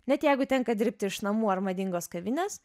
net jeigu tenka dirbti iš namų ar madingos kavinės